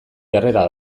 jarrera